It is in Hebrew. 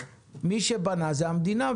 ומי שבנה זאת המדינה,